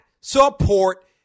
support